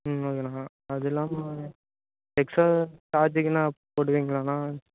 ம் ஓகேண்ணா அது இல்லாமல் எக்ஸ்ட்ரா சார்ஜ்கெலாம் போடுவிங்களாண்ணா